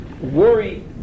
worry